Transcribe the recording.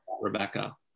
Rebecca